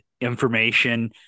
information